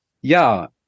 Ja